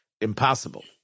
impossible